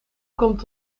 komt